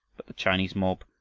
the chinese mob,